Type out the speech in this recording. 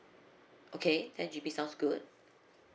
okay ten G_B sounds good